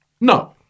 No